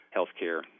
Healthcare